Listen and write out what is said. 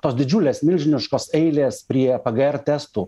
tos didžiulės milžiniškos eilės prie pgr testų